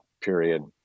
period